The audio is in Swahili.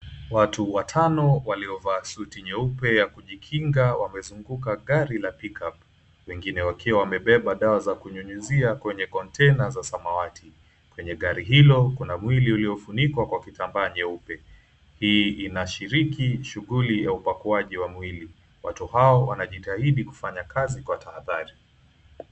watu watano waliovaa suti nyeupe ya kujikinga wamezunguka gari la pickup wengine wakiwa wamebeba dawa za kunyunyuzia kwenye container za samawati, kwenye gari hilo kuna mwili ulio funikwa kwa kitaa nyeupe, hii inashiriki shughuli ya upakuaji wa mwili, watu hao wanajitahidi kufanya kazi kwa tahadhari.